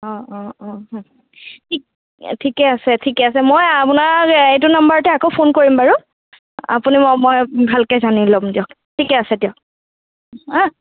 অঁ অঁ অঁ অঁ ঠিক ঠিকে আছে ঠিকে আছে মই আপোনাৰ এইটো নাম্বাৰতে আকৌ ফোন কৰিম বাৰু আপুনি মই ভালকৈ জানি ল'ম দিয়ক ঠিকে আছে দিয়ক হাঁ